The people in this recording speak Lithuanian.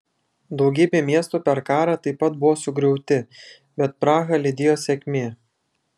daugybė miestų per karą taip pat buvo sugriauti bet prahą lydėjo sėkmė